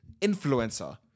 influencer